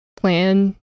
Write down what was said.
plan